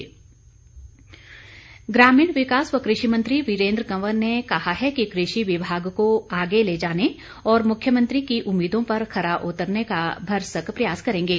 वीरेन्द्र कंवर ग्रामीण विकास व कृषि मंत्री वीरेंद्र कंवर ने कहा है कि कृषि विभाग को आगे ले जाने और मुख्यमंत्री की उम्मीदों पर खरा उतरने का भरसक प्रयास करेंगे